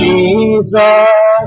Jesus